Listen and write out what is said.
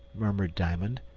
murmured diamond,